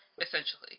essentially